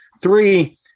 Three